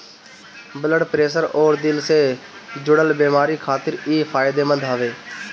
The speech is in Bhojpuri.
ब्लड प्रेशर अउरी दिल से जुड़ल बेमारी खातिर इ फायदेमंद हवे